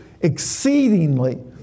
exceedingly